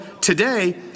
today